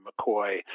McCoy